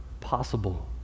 possible